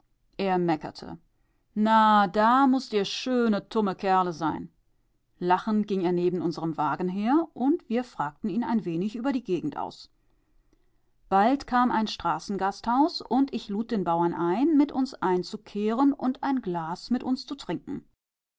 er meckerte na da mußt ihr schöne tumme kerle sein lachend ging er neben unserem wagen her und wir fragten ihn ein wenig über die gegend aus bald kam ein straßengasthaus und ich lud den bauern ein mit uns einzukehren und ein glas mit uns zu trinken